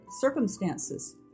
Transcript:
circumstances